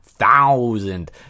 thousand